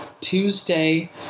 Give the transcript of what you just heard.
Tuesday